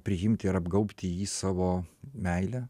priimti ir apgaubti jį savo meile